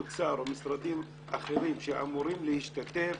משרד האוצר ומשרדים אחרים שאמורים להשתתף,